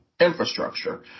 infrastructure